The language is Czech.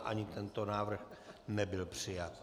Ani tento návrh nebyl přijat.